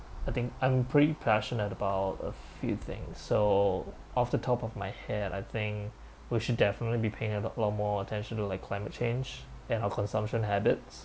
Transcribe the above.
I think I'm pretty passionate about a few things so off the top of my head I think we should definitely be paying l~ a lot more attention to like climate change and our consumption habits